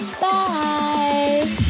Bye